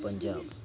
Punjab